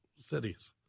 Cities